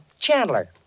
Chandler